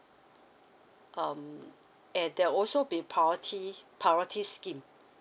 um and there are also be priority priority scheme